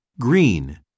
Green